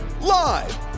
Live